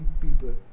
people